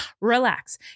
relax